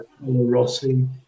Rossi